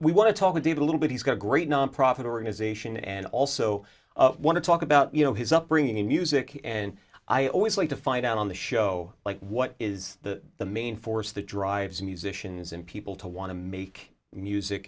we want to talk to dave a little bit he's got a great nonprofit organization and also want to talk about you know his upbringing in music and i always like to find out on the show like what is the main force that drives musicians and people to want to make music